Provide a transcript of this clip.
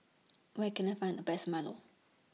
Where Can I Find The Best Milo